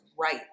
right